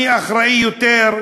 מי אחראי יותר?